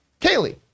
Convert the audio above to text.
Kaylee